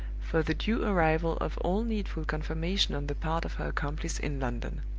for the due arrival of all needful confirmation on the part of her accomplice in london.